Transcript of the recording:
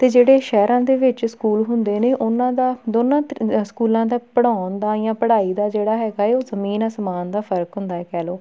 ਅਤੇ ਜਿਹੜੇ ਸ਼ਹਿਰਾਂ ਦੇ ਵਿੱਚ ਸਕੂਲ ਹੁੰਦੇ ਨੇ ਉਹਨਾਂ ਦਾ ਦੋਨਾਂ ਸਕੂਲਾਂ ਦਾ ਪੜ੍ਹਾਉਣ ਦਾ ਜਾਂ ਪੜ੍ਹਾਈ ਦਾ ਜਿਹੜਾ ਹੈਗਾ ਹੈ ਉਹ ਜ਼ਮੀਨ ਅਸਮਾਨ ਦਾ ਫ਼ਰਕ ਹੁੰਦਾ ਹੈ ਕਹਿ ਲਓ